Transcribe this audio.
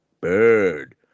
bird